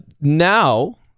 now